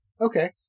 Okay